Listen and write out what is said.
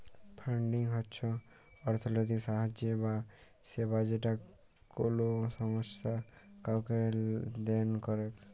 funding হচ্ছ অর্থলৈতিক সাহায্য বা সেবা যেটা কোলো সংস্থা কাওকে দেন করেক